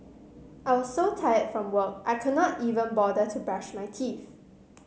I was so tired from work I could not even bother to brush my teeth